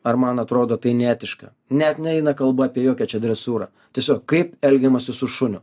ar man atrodo tai neetiška net neina kalba apie jokią čia dresūrą tiesiog kaip elgiamasi su šuniu